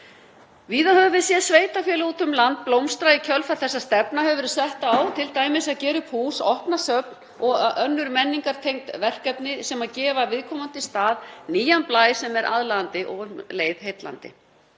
Víða höfum við séð sveitarfélög úti um land blómstra í kjölfar þess að stefna hefur verið sett á að gera t.d. upp hús, opna söfn og önnur menningartengd verkefni sem gefa viðkomandi stað nýjan blæ sem er aðlaðandi og um leið heillandi.